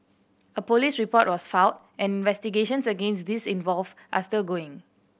a police report was filed and investigations against these involved are still ongoing